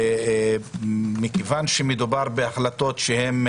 מכיוון שמדובר בהחלטות שלא